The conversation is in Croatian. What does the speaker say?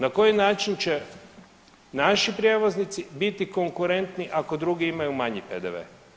Na koji način će naši prijevoznici biti konkurentni ako drugi imaju manji PDV?